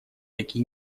реки